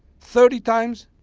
thirty times,